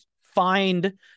find